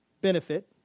benefit